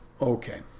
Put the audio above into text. okay